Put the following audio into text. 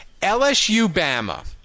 LSU-Bama